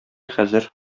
хәзер